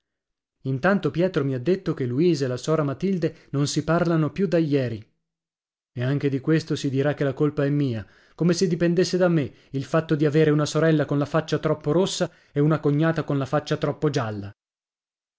intanto pietro mi ha detto che luisa e la sora matilde non si parlano più da ieri e anche di questo si dirà che la colpa è mia come se dipendesse da me il fatto di avere una sorella con la faccia troppo rossa e una cognata con la faccia troppo gialla